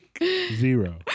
zero